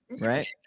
right